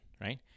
right